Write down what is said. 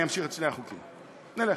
אני אמשיך את שני החוקים, נלך.